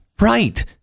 Right